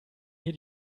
hier